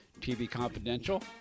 tvconfidential